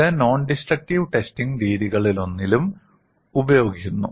ഇത് nondestructive testing രീതികളിലൊന്നിലും ഉപയോഗിക്കുന്നു